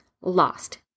lost